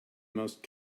most